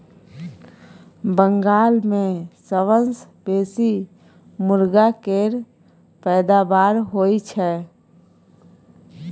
बंगाल मे सबसँ बेसी मुरगा केर पैदाबार होई छै